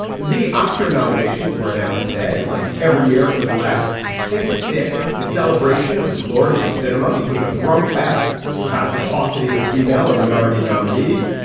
the oscar nominations were announced today and like every year for the last, i think six. the celebration of the glories of cinema became a grumped fest about the paucity of female or minority nominees.